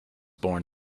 born